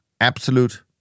absolute